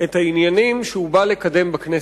את העניינים שהוא בא לקדם בכנסת.